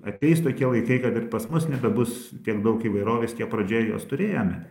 ateis tokie laikai kad ir pas mus nebebus tiek daug įvairovės kiek pradžioje jos turėjome